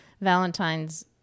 Valentine's